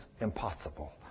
impossible